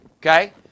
okay